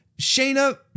shayna